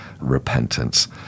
repentance